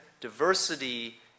diversity